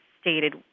stated